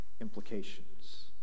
implications